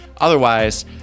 Otherwise